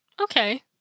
Okay